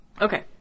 okay